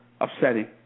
upsetting